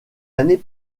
années